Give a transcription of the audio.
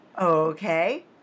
Okay